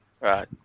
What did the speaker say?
Right